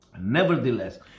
Nevertheless